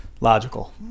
logical